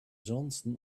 johnson